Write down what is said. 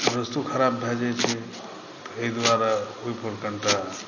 रस्तो ख़राब भऽ जाइ छै तऽ एहि दुआरे ओहिपर कनिटा